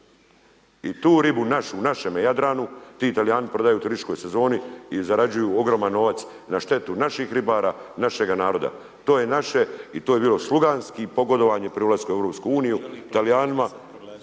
I tu ribu u našem Jadranu ti Talijani prodaju u turističkoj sezoni i zarađuju ogroman novac na štetu naših ribara, našega naroda. To je naše i to je bilo sluganski pogodovanje pri ulasku u EU Talijanima